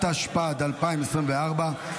התשפ"ד 2024,